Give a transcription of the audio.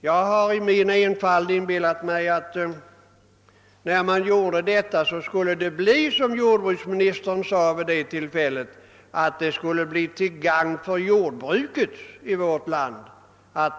Jag har i min enfald inbillat mig, att man gjorde detta därför att det skulle, som jordbruksministern sade vid det tillfället, bli till gagn för jordbruket i vårt land.